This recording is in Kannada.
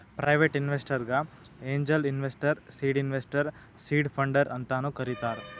ಪ್ರೈವೇಟ್ ಇನ್ವೆಸ್ಟರ್ಗ angel investor, seed investor, seed funder ಅಂತಾನು ಕರಿತಾರ್